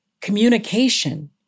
communication